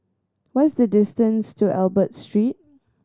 what is the distance to Albert Street